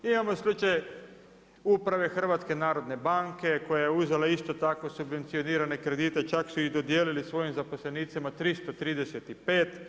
Imamo slučaj uprave HNB-a koja je uzela isto tako subvencionirane kredite čak su i dodijelili svojim zaposlenicima 335.